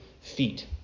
feet